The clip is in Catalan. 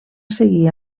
seguir